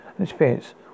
experience